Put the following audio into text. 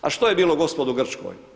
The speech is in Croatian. A što je bilo gospodo u Grčkoj?